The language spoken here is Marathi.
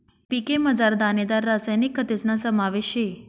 एन.पी.के मझार दानेदार रासायनिक खतस्ना समावेश शे